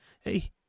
Hey